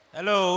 Hello